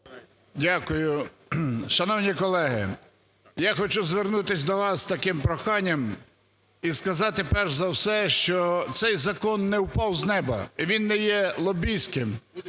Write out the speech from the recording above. Дякую. Шановні колеги, я хочу звернутись до вас з таким проханням і сказати перш за все, що цей закон не впав з неба, він не є лобістським.